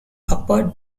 upper